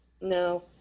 No